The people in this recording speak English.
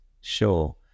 Sure